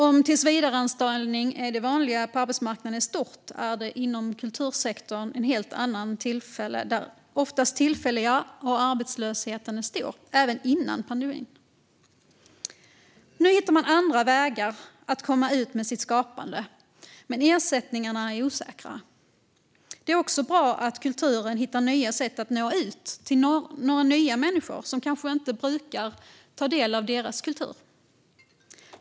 Om tillsvidareanställning är det vanliga på arbetsmarknaden i stort är arbeten inom kultursektorn oftast tillfälliga, och arbetslösheten var stor även före pandemin. Nu hittar man andra vägar att komma ut med sitt skapande, men ersättningarna är osäkra. Det är också bra att kulturen hittar nya sätt att nå ut till nya människor, som kanske inte brukar ta del av kultur.